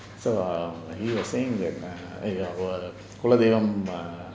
so err he was saying that eh our kula deivam deivam